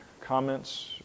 comments